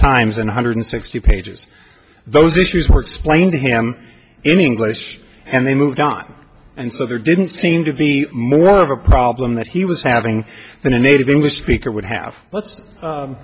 times than one hundred sixty pages those issues were explained to him in english and then moved on and so there didn't seem to be more of a problem that he was having than a native english speaker would have